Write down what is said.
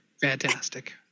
fantastic